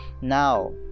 Now